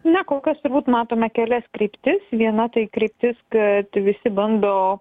na kol kas turbūt matome kelias kryptis viena tai kryptis kad visi bando